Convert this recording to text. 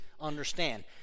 understand